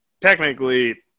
Technically